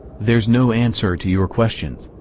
there's no answer to your questions.